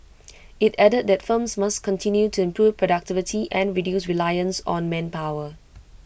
IT added that firms must continue to improve productivity and reduce reliance on manpower